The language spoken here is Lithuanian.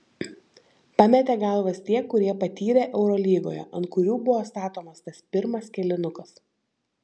pametė galvas tie kurie patyrę eurolygoje ant kurių buvo statomas tas pirmas kėlinukas